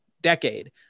decade